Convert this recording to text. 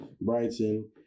Brighton